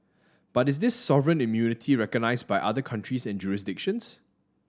but is this sovereign immunity recognised by other countries and jurisdictions